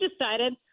decided